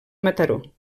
mataró